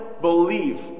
believe